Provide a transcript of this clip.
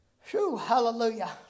hallelujah